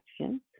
actions